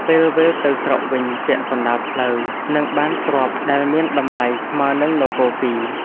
ពេលវិលទៅស្រុកវិញពាក់កណ្ដាលផ្លូវ នឹងបានទ្រព្យដែលមានតម្លៃស្មើនឹងនគរពីរ។